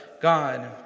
God